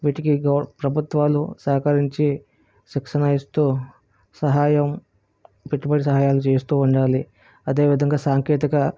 వీటికి గవ ప్రభుత్వాలు సహకరించి శిక్షణ ఇస్తూ సహాయం పెట్టుబడి సహాయాలు చేస్తూ ఉండాలి అదే విధంగా సాంకేతిక